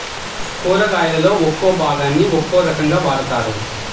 కూరగాయలలో ఒక్కో భాగాన్ని ఒక్కో రకంగా వాడతారు